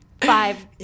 five